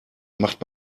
macht